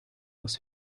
was